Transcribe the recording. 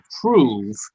prove